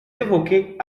évoquez